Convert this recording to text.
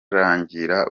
rangira